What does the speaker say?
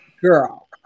girl